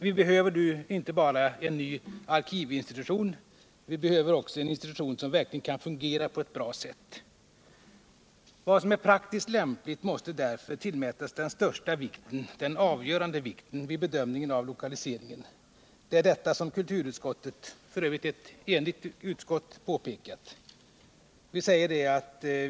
Vi behöver inte bara en ny arkivinstitution, utan även en institution som verkligen kan fungera på ett bra sätt. Vad som är praktiskt lämpligt måste därför tillmätas avgörande vikt vid bedömningen av lokaliseringen. Det är detta som kulturutskottet, ett f. ö. enigt utskott, påpekat.